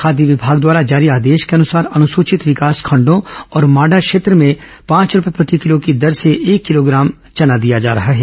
खाद्य विमाग द्वारा जारी ऑदेश के अनुसार अनुसूचित विकासखंडों और मांडा क्षेत्र में पांच रूपये प्रति किलो की दर से एक किलोग्राम चना दिया जा रहा है